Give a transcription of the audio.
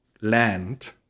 land